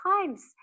times